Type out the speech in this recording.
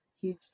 huge